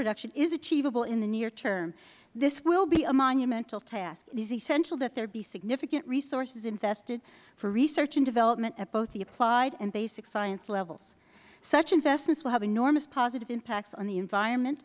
production is achievable in the near term this will be a monumental task it is essential that there be significant resources invested for research and development at both the applied and basic science levels such investments will have enormous positive impacts on the environment